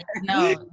no